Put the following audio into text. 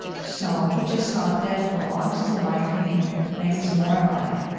so he just saw, death belongs to life and can make us more alive.